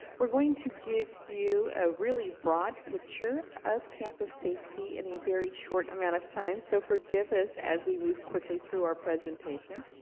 we're going to give you a really broad picture of campus safety in a very short amount of time, so forgive us as we move quickly through our presentation.